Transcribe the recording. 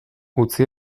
utzi